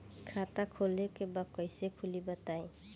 खाता खोले के बा कईसे खुली बताई?